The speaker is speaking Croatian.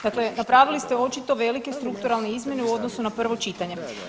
Dakle, napravili ste očito velike strukturalne izmjene u odnosu na prvo čitanje.